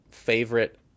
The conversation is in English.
favorite